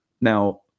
Now